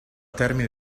termine